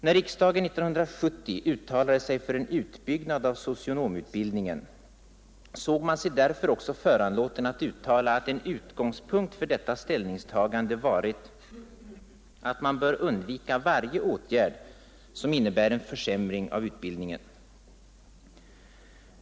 När riksdagen 1970 uttalade sig för en utbyggnad av socionomutbildningen såg man sig därför också föranlåten att uttala, att en utgångspunkt för detta ställningstagande varit att man bör undvika varje åtgärd som innebär en försämring av utbildningen.